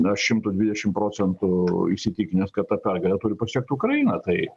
aš šimtu dvidešim procentų įsitikinęs kad tą pergalę turi pasiekt ukraina tai